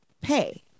pay